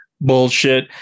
Bullshit